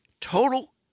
total